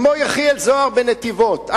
כמו יחיאל זוהר בנתיבות,